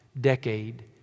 decade